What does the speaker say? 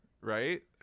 right